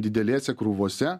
didelėse krūvose